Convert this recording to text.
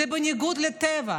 זה בניגוד לטבע.